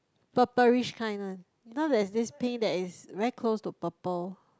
purple-ish kind one know there is this pink that is very close to purple